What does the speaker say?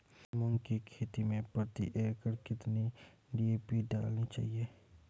मूंग की खेती में प्रति एकड़ कितनी डी.ए.पी डालनी चाहिए?